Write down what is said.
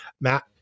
Matt